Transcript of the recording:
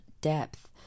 depth